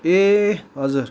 ए हजुर